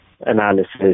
analysis